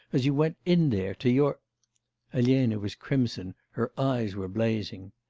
as you went in there, to your elena was crimson, her eyes were blazing.